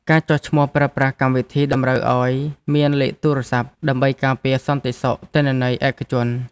ការចុះឈ្មោះប្រើប្រាស់កម្មវិធីតម្រូវឱ្យមានលេខទូរសព្ទ ដើម្បីការពារសន្តិសុខទិន្នន័យឯកជន។